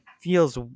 feels